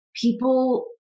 people